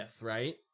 right